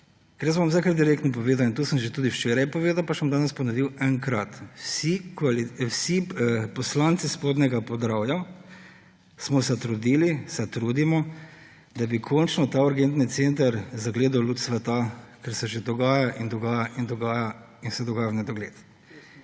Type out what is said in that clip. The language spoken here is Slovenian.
Ker zdaj bom kar direktno povedal, to sem že včeraj povedal pa bom danes še enkrat ponovil. Vsi poslanci Spodnjega Podravja smo se trudili, se trudimo, da bi končno ta urgentni center zagledal luč sveta, ker se že dogaja in dogaja in dogaja in se dogaja v nedogled.